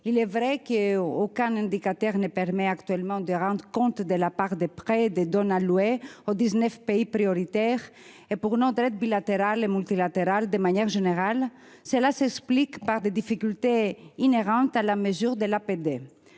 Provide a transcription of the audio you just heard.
Il est vrai qu'aucun indicateur ne permet actuellement de rendre compte de la part des prêts et des dons alloués aux 19 pays prioritaires pour notre aide tant bilatérale que multilatérale, de manière générale. Cela s'explique par des difficultés inhérentes à la mesure de l'APD.